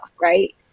right